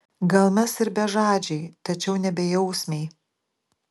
gal mes ir bežadžiai tačiau ne bejausmiai